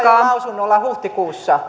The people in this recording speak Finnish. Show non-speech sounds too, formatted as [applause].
[unintelligible] lausunnolla huhtikuussa